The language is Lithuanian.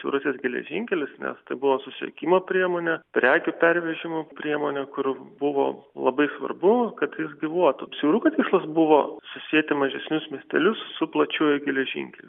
rusijos geležinkelius nes tai buvo susisiekimo priemonė prekių pervežimo priemonė kur buvo labai svarbu kad jis gyvuotų siauruko tikslas buvo susieti mažesnius miestelius su plačiuoju geležinkeliu